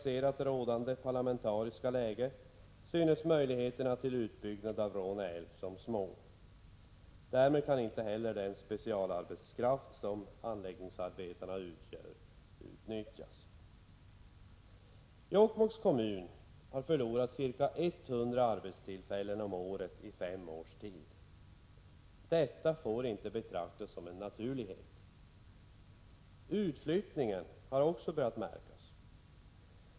Men i rådande parlamentariska läge synes möjligheterna till utbyggnad av Råne älv vara små. Därmed kan inte heller den specialarbetskraft som anläggningsarbetarna utgör utnyttjas. Jokkmokks kommun har förlorat ca 100 arbetstillfällen om året i fem års tid. Detta får inte betraktas som något naturligt! Utflyttningen har också börjat märkas.